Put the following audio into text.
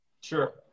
Sure